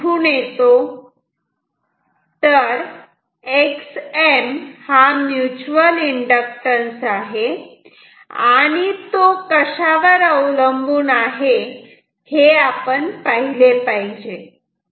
तर Xm हा mutual inductance आहे आणि तो कशावर अवलंबून आहे हे पाहिले पाहिजे